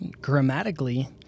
grammatically